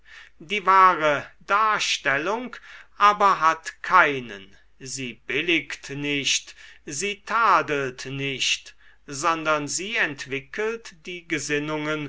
die wahre darstellung aber hat keinen sie billigt nicht sie tadelt nicht sondern sie entwickelt die gesinnungen